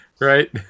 Right